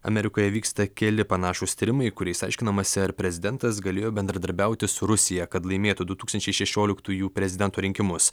amerikoje vyksta keli panašūs tyrimai kuriais aiškinamasi ar prezidentas galėjo bendradarbiauti su rusija kad laimėtų du tūkstančiai šešioliktųjų prezidento rinkimus